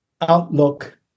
outlook